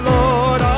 Lord